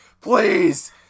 Please